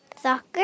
Soccer